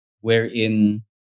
wherein